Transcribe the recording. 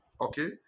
Okay